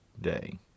day